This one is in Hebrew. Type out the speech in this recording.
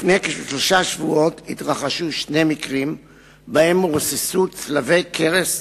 לפני שלושה שבועות התרחשו שני מקרים שבהם רוססו צלבי קרס